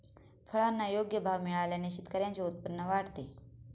फळांना योग्य भाव मिळाल्याने शेतकऱ्यांचे उत्पन्न वाढते